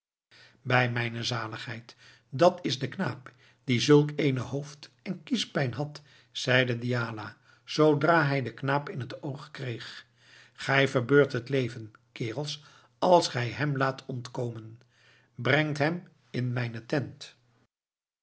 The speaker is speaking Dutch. bij mijne zaligheid dat is de knaap die zulk eene hoofd en kiespijn had zeide diala zoodra hij den knaap in het oog kreeg gij verbeurt het leven kerels als gij hem laat ontkomen brengt hem in mijne tent